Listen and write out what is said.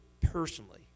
personally